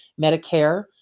Medicare